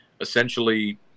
essentially